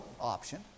option